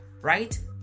right